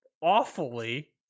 awfully